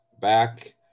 back